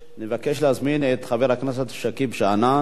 אני מבקש להזמין את חבר הכנסת שכיב שנאן,